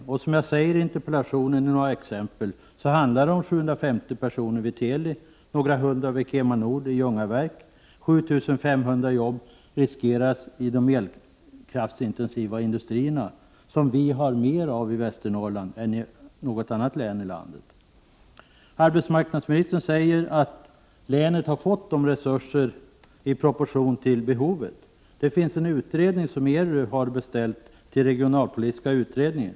I interpellationen tar jag fram några exempel. Det handlar om 750 personer vid Teli, några hundra vid KemaNord i Ljungaverk, och 7 500 jobb riskeras i de elkraftsintensiva industrierna, som vi har mer av i Västernorrlands län än i något annat län i landet. Arbetsmarknadsministern säger att länet har fått resurser i proportion till behovet. Det finns en utredning som ERU har beställt till den regionalpolitiska utredningen.